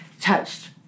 touched